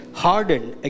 hardened